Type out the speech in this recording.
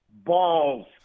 Balls